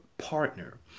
partner